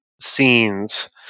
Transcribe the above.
scenes